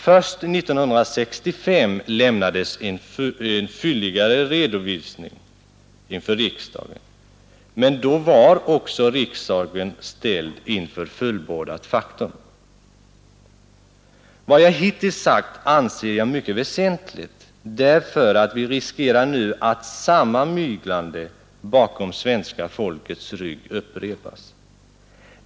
Först 1965 lämnades en fylligare redovisning, men då var också riksdagen ställd inför fullbordat faktum. Vad jag hittills sagt anser jag mycket väsentligt, därför att vi nu riskerar att samma ”myglande” bakom svenska folkets rygg upprepas.